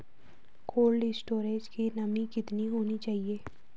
Cold storage की नमी कितनी होनी चाहिए?